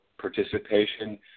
Participation